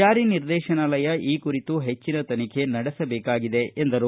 ಜಾರಿ ನಿರ್ದೇಶನಾಲಯ ಈ ಕುರಿತು ಹೆಚ್ಚನ ತನಿಖೆ ನಡೆಸಬೇಕಾಗಿದೆ ಎಂದರು